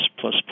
plus